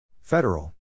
Federal